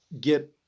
get